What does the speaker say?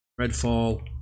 Redfall